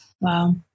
Wow